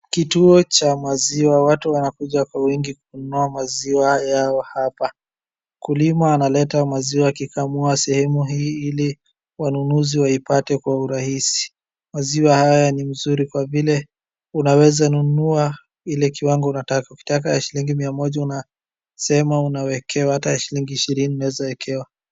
Kituo cha maziwa watu wanakuja kwa wingi kununua maziwa yao hapa. Wakulima wanaleta maziwa wakikamua sehemu hii ili wanunuzi waipate kwa urahisi. Maziwa haya ni mzuri kwa vile unaweza nunua ile kiwango unataka. Ukitaka ya shilingi mia moja unasema unawekewa hata ukitaka ya shilingi ishirini unaweza wekewa.